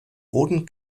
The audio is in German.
wurden